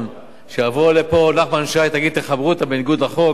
שיבוא לפה נחמן שי ויגיד: תחברו אותם בניגוד לחוק,